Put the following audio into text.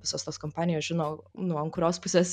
visos tos kompanijos žino nu ant kurios pusės